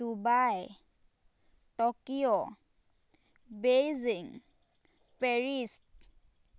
Dubai Tokyo Beijing Paris